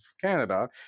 Canada